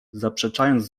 zaprzeczając